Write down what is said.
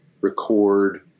record